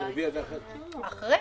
אחרי.